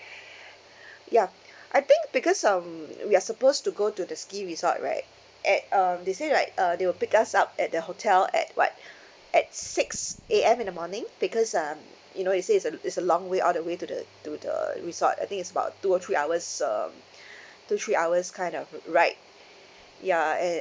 ya I think because um we're supposed to go to the ski resort right at um they said like uh they'll pick us up at the hotel at what at six A_M in the morning because uh you know they said it's a it's along way all the way to the to the resort I think it's about two or three hours um two three hours kind of ride ya and